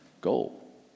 goal